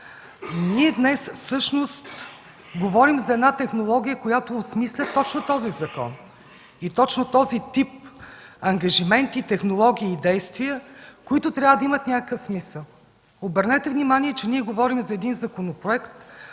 ние днес всъщност говорим за една технология, която осмисля точно този закон и точно този тип ангажимент, технологии и действия, които трябва да имат някакъв смисъл. Обърнете внимание, че ние говорим за един законопроект,